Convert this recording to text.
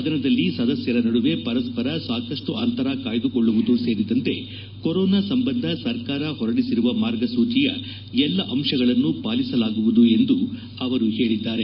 ಸದನದಲ್ಲಿ ಸದಸ್ಲರ ನಡುವೆ ಪರಸ್ಪರ ಸಾಕಷ್ಟು ಅಂತರ ಕಾಯ್ದುಕೊಳ್ಳುವುದೂ ಸೇರಿದಂತೆ ಕೊರೋನಾ ಸಂಬಂಧ ಸರ್ಕಾರ ಹೊರಡಿಸಿರುವ ಮಾರ್ಗಸೂಚಿಯ ಎಲ್ಲ ಅಂಶಗಳನ್ನೂ ಪಾಲಿಸಲಾಗುವುದು ಎಂದು ಅವರು ಹೇಳಿದ್ಗಾರೆ